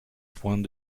point